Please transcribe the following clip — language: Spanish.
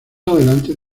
adelante